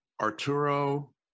Arturo